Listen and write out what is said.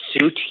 suit